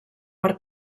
per